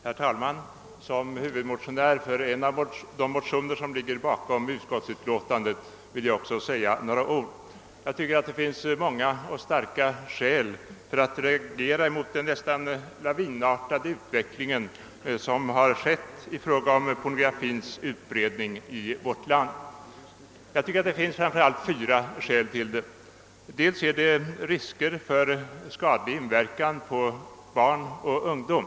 Herr talman! Som huvudmotionär för en av de motioner som ligger till grund för utskottsutlåtandet vill jag också säga några ord. Jag tycker att det finns många och starka skäl för att reagera mot den nästan lavinartade utvecklingen i fråga om pornografins utbredning. Enligt min mening är det framför allt fyra skäl. För det första är det risk för skadlig inverkan på barn och ungdom.